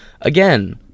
again